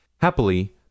Happily